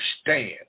stand